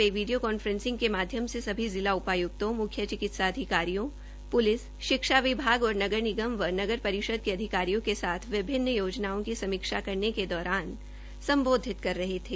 वे video conferencing के माध्यम से सभी जिला उपाय्क्तों म्ख्य चिकित्सा अधिकारियों पुलिस शिक्षा विभाग और नगर निगम व नगर परिषद के अधिकारियों के साथ विभिन्न योजनाओं की समीक्षा करने के दौरान सम्बोधित कर रहे थे